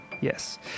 yes